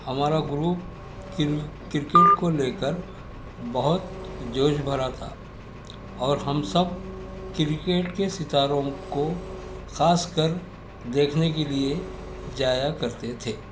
ہمارا گروپ کر کرکٹ کو لے کر بہت جوش بھرا تھا اور ہم سب کرکٹ کے ستاروں کو خاص کر دیکھنے کے لیے جایا کرتے تھے